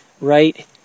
right